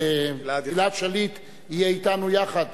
שגלעד שליט יהיה אתנו יחד,